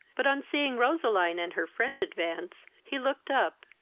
but, on seeing roseline and her friend advance, he looked up,